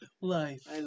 Life